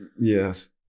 Yes